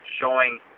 showing